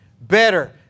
Better